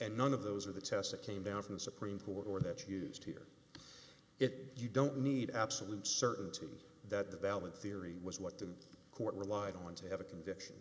and none of those are the tests that came down from the supreme court or that used here it you don't need absolute certainty that the valid theory was what the court relied on to have a conviction